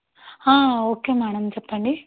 okay madam చెప్పండి